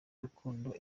rukundo